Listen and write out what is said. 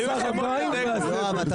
זה